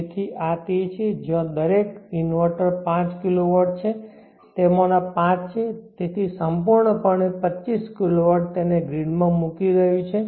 તેથી આ તે છે જ્યાં દરેક ઇન્વર્ટર 5 kW છે તેમાંના 5 છે તેથી સંપૂર્ણપણે 25 kW તેને ગ્રીડમાં મૂકી રહ્યું છે